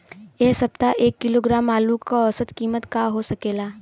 एह सप्ताह एक किलोग्राम आलू क औसत कीमत का हो सकेला?